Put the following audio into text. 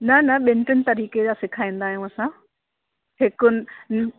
न न ॿिनि टिनि तरीक़े जा सेखारींदा आहियूं असां हिकु